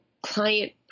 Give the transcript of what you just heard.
client